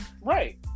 right